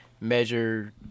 measure